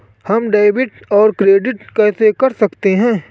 हम डेबिटऔर क्रेडिट कैसे कर सकते हैं?